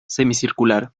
semicircular